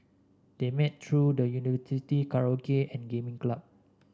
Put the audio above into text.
they met through the University's karaoke and gaming club